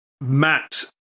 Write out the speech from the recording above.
Matt